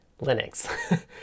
linux